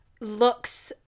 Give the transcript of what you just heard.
looks